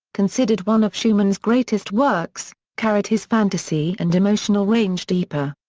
considered one of schumann's greatest works, carried his fantasy and emotional range deeper.